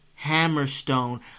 Hammerstone